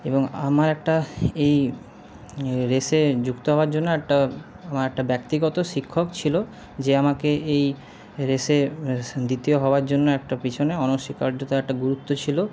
এবং আমার একটা এই রেসে যুক্ত হওয়ার জন্য একটা একটা ব্যক্তিগত শিক্ষক ছিল যে আমাকে এই রেসে দ্বিতীয় হওয়ার জন্য একটা পিছনে অনস্বিকার্য তো একটা গুরুত্ব ছিল